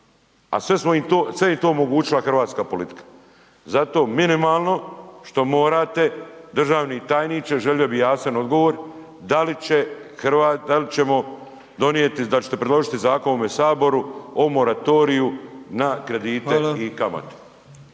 sve im je to omogućila hrvatska politika. Zato minimalno što morate, državni tajniče želio bih jasan odgovor, da li ćemo donijeti da ćete predložiti zakon u ovom Saboru o moratoriju na kredite i kamate?